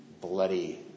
bloody